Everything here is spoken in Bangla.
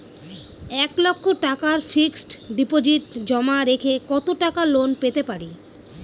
এক লক্ষ টাকার ফিক্সড ডিপোজিট জমা রেখে কত টাকা লোন পেতে পারি?